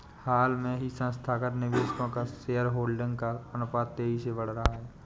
हाल ही में संस्थागत निवेशकों का शेयरहोल्डिंग का अनुपात तेज़ी से बढ़ रहा है